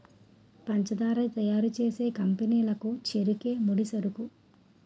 పంచదార తయారు చేసే కంపెనీ లకు చెరుకే ముడిసరుకు